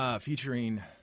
featuring